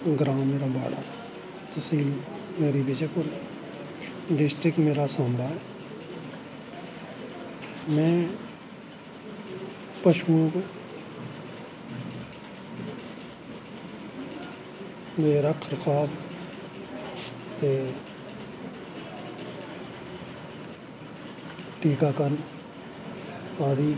मेरा नाम कुलबंत सिंह ग्रां मेरा बाड़ा तसील मेरी विजयपुर ऐ डिसटिक मेरा सांबा ऐ में पशुएं पर गौ रक्खे चार ते टीका करन ते ओह्दी